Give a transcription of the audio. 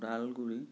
Udalguri